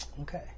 Okay